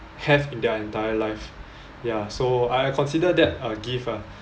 have in their entire life ya so I'll consider that a gift ah